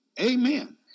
Amen